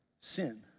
sin